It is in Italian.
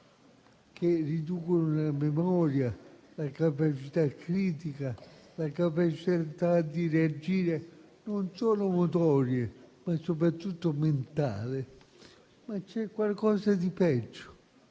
che riducono la memoria, la capacità critica, la capacità di reagire, non solo a livello motorio, ma soprattutto mentale. Vi è tuttavia qualcosa di peggio: